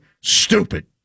stupid